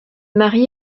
marié